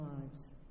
lives